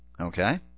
Okay